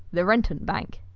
the rentenbank.